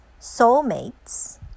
soulmates